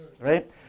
right